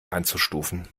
einzustufen